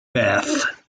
bath